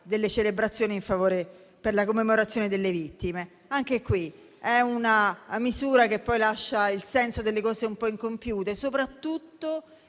le celebrazioni per la commemorazione delle vittime. Anche questa è una misura che lascia il senso delle cose un po' incompiute, soprattutto